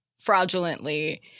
fraudulently